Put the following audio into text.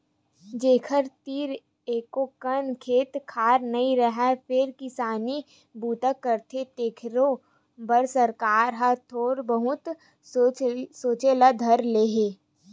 जेखर तीर एको अकन खेत खार नइ हे फेर किसानी बूता करथे तेखरो बर सरकार ह थोक बहुत सोचे ल धर ले हे